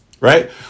Right